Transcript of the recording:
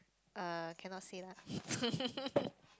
uh cannot say lah